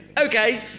Okay